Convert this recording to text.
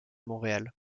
montréal